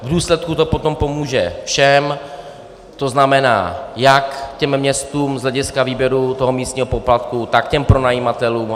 V důsledku to potom pomůže všem, to znamená, jak těm městům z hlediska výběru místního poplatku, tak pronajímatelům.